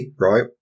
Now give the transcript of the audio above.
right